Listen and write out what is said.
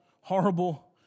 horrible